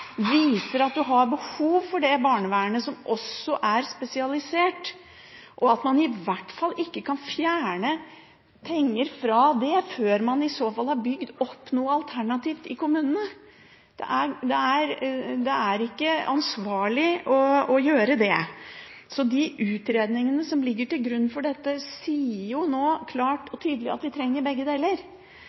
viser at man har behov for det barnevernet som også er spesialisert, og at man i hvert fall ikke kan fjerne penger fra det før man i så fall har bygd opp noe alternativt i kommunene. Det er ikke ansvarlig å gjøre det. Så de utredningene som ligger til grunn for dette, sier nå klart og tydelig at vi trenger begge deler.